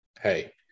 Hey